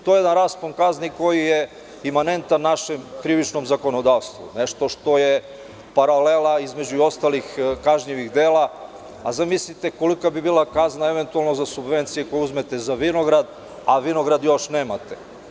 To je jedan raspon kazni koji je imanentan našem krivičnom zakonodavstvu, nešto što je paralela između ostalih kažnjivih dela, a zamislite kolika bi bila kazna eventualno za subvencije koje uzmete za vinograd, a vinograd još nemate.